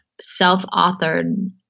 self-authored